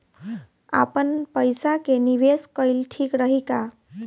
आपनपईसा के निवेस कईल ठीक रही का?